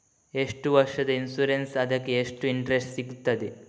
ಎಷ್ಟು ವರ್ಷದ ಇನ್ಸೂರೆನ್ಸ್ ಅದಕ್ಕೆ ಎಷ್ಟು ಇಂಟ್ರೆಸ್ಟ್ ಸಿಗುತ್ತದೆ?